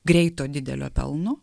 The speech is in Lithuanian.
greito didelio pelno